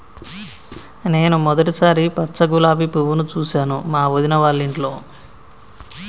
నేను మొదటిసారి పచ్చ గులాబీ పువ్వును చూసాను మా వదిన వాళ్ళింట్లో